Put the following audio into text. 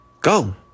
Go